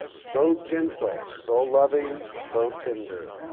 so gentle, so loving, so tender,